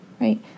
right